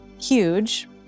huge